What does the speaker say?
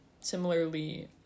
similarly